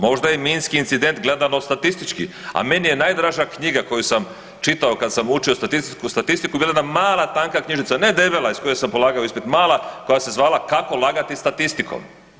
Možda je minski incident gledano statistički, a meni je najdraža knjiga koju sam čitao kad sam učio statistiku, bila jedna mala tanka knjižica, ne debela iz koje sam polagao ispit, mala koja se zvala „Kako lagati statistikom“